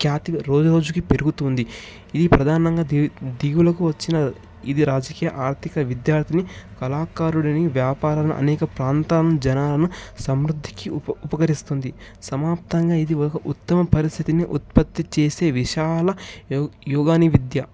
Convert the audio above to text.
ఖ్యాతి రోజు రోజుకి పెరుగుత ఉంది ఈ ప్రధానంగా ది దిగులుకు వచ్చిన ఇది రాజకీయ ఆర్దిక విద్యార్థిని కళాకారుడు అని వ్యాపార అనేక ప్రాంతం జనాల సమృద్ధికి ఉప ఉపకరిస్తుంది సమాప్తంగా ఇదివరకు ఉత్తమ పరిస్థితిని ఉత్పత్తి చేసే విశాల యో యోగా విద్య